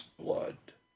blood